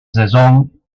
saison